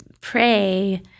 pray